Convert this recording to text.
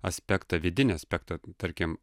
aspektą vidinį aspektą tarkim